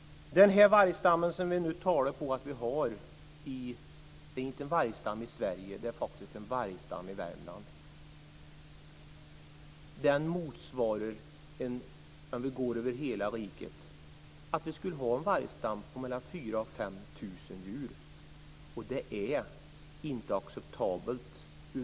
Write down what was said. Den vargstam som vi nu har i Sverige finns faktiskt i Värmland. Den motsvarar en vargstam på mellan 4 000 och 5 000 djur i hela riket, och det är inte acceptabelt.